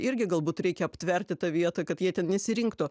irgi galbūt reikia aptverti tą vietą kad jie ten nesirinktų